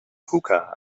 hookah